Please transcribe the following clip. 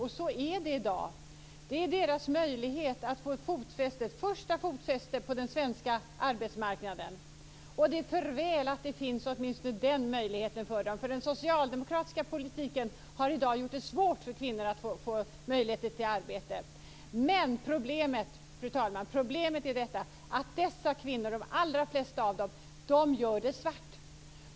Men detta är deras möjlighet att få sitt första fotfäste på den svenska arbetsmarknaden. Och det är för väl att det åtminstone finns den möjligheten, för den socialdemokratiska politiken har gjort det svårt för kvinnor att få arbete. Fru talman! Problemet är att de flesta av dessa kvinnor utför sitt arbete svart.